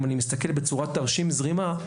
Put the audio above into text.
אם אני מסתכל בצורת תרשים זרימה,